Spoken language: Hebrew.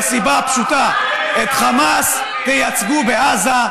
מהסיבה הפשוטה: את חמאס תייצגו בעזה,